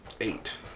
Eight